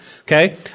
okay